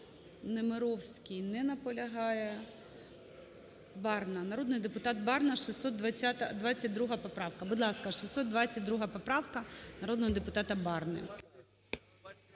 Немировский. Не наполягає. Барна, народний депутат Барна, 622 поправка. Будь ласка, 622 поправка народного депутата Барни.